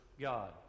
God